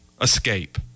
Escape